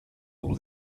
all